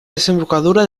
desembocadura